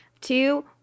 two